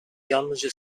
yalnızca